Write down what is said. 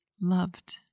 Loved